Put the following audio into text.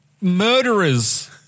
Murderers